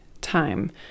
time